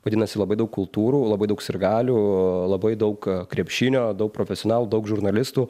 vadinasi labai daug kultūrų labai daug sirgalių labai daug krepšinio daug profesionalų daug žurnalistų